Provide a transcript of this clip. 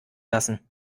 lassen